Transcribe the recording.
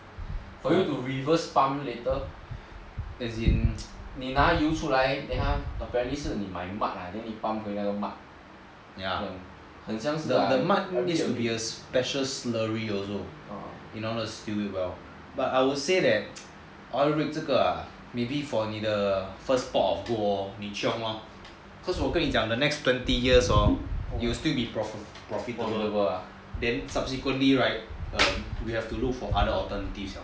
ya the mud need to be a special slurry also in order to slur it well but I would say that oil rink 这个 ah maybe for 你的 first pot of gold lor 你 chiong lor cause 我跟你讲 the next twenty years hor you will still be profitable then subsequently right um you have to look for other alternatives